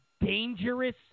dangerous